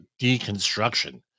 deconstruction